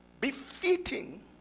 befitting